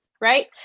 right